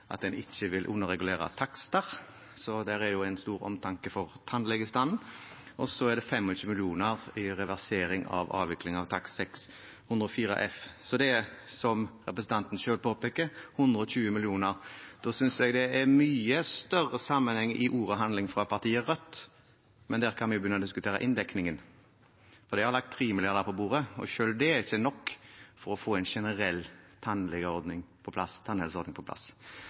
jo en stor omtanke for tannlegestanden – og så er det 25 mill. kr til reversering av avvikling av takst 604f. Det er, som representanten selv påpeker, 120 mill. kr. Da synes jeg det er en mye større sammenheng mellom ord og handling fra partiet Rødt, men der kan vi begynne å diskutere inndekningen, for de har lagt 3 mrd. kr på bordet, og selv det er ikke nok til å få en generell tannhelseordning på plass.